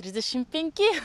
trisdešim penki